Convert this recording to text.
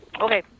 Okay